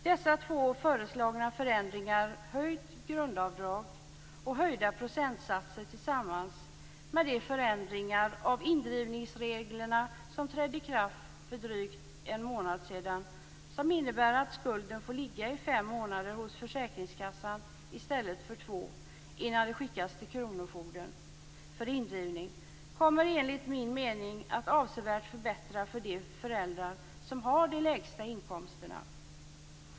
Dessa två föreslagna förändringar, höjt grundavdrag och höjda procentsatser tillsammans med de ändringar av indrivningsreglerna som trädde i kraft för drygt en månad sedan, som innebär att skulden får ligga i fem månader hos försäkringskassan i stället för två innan den skickas till kronofogden för indrivning, kommer enligt min mening att avsevärt förbättra för de föräldrar som har de lägsta inkomsterna.